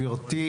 המגרש קיים,